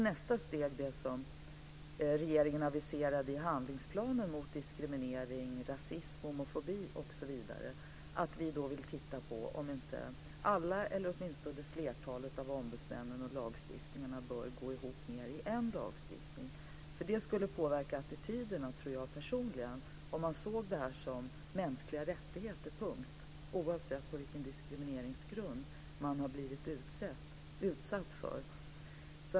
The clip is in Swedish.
Nästa steg är det som regeringen aviserade i handlingsplanen mot diskriminering, rasism, homofobi osv., att vi då vill titta på om inte alla eller åtminstone flertalet av ombudsmännen och lagstiftningarna bör gå ihop i en lagstiftning. Det skulle påverka attityderna, tror jag personligen, om man såg det här som en fråga om mänskliga rättigheter, oavsett på vilken grund man har blivit utsatt för diskriminering.